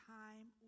time